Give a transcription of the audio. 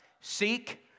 seek